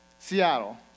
Seattle